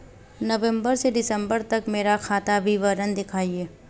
नवंबर से दिसंबर तक का मेरा खाता विवरण दिखाएं?